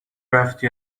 رفتی